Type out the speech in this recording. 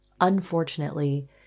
Unfortunately